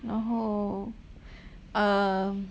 然后 um